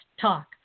talk